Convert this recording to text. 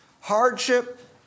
Hardship